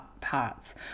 parts